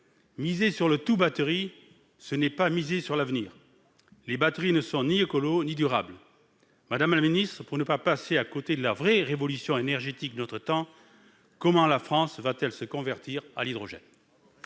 Miser sur le « tout batterie », ce n'est pas miser sur l'avenir, car les batteries ne sont ni écologiques ni durables. Madame la ministre, pour ne pas passer à côté de la vraie révolution énergétique de notre temps, je voudrais savoir comment la France entend se convertir à l'hydrogène.